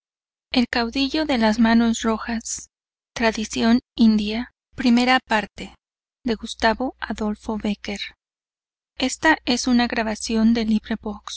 el caudillo de las manos rojas tradición india de gustavo adolfo bécquer